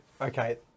okay